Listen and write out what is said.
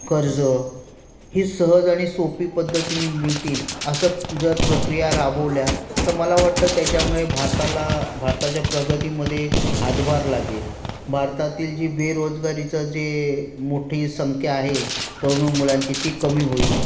कर्ज ही सहज आणि सोपी पद्धतीने मिळतील असं जर प्रक्रिया राबवल्या तर मला वाटतं त्याच्यामुळे भारताला भारताच्या प्रगतीमध्ये हातभार लागेल भारतातील जी बेरोजगारीचं जे मोठी संख्या आहे तरुण मुलांची ती कमी होईल